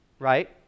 right